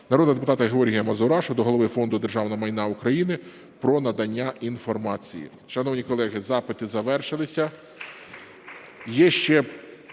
народного депутата Георгія Мазурашу до Голови Фонду державного майна України про надання інформації.